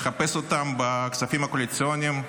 אז לחפש אותם בכספים הקואליציוניים,